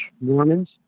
Mormons